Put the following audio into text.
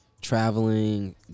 traveling